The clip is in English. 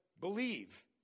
believe